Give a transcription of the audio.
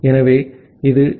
ஆகவே இது டி